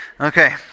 Okay